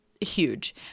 huge